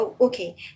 Okay